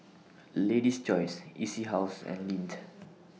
Lady's Choice E C House and Lindt